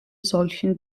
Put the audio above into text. solchen